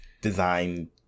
design